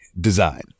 design